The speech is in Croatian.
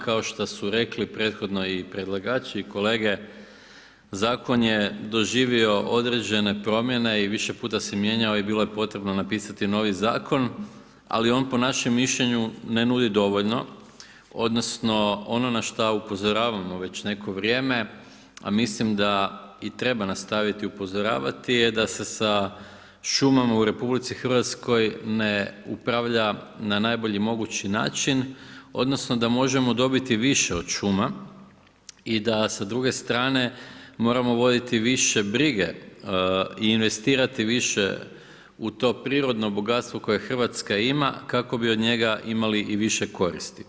Kao što su rekli prethodno i predlagači i kolege zakon je doživio određene promjene i više puta se mijenjao i bilo je potrebno napisati novi zakon, ali on po našem mišljenju ne nudi dovoljno, odnosno ono na šta upozoravamo već neko vrijeme, a mislim da i treba nastaviti upozoravati je da se sa šumama u RH ne upravlja na najbolji mogući način, odnosno da možemo dobiti više od šuma i da sa druge strane moramo voditi više brige i investirati više u to prirodno bogatstvo koje Hrvatska ima kako bi od njega imali i više koristi.